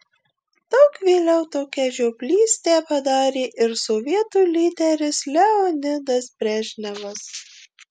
daug vėliau tokią žioplystę padarė ir sovietų lyderis leonidas brežnevas